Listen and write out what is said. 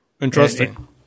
Interesting